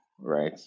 right